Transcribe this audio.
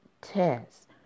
test